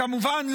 כמובן,